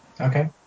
Okay